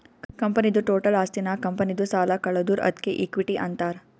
ಕಂಪನಿದು ಟೋಟಲ್ ಆಸ್ತಿನಾಗ್ ಕಂಪನಿದು ಸಾಲ ಕಳದುರ್ ಅದ್ಕೆ ಇಕ್ವಿಟಿ ಅಂತಾರ್